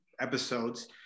episodes